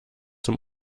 zum